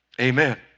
Amen